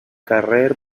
carrer